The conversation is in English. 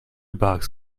box